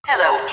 Hello